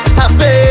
happy